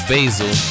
Basil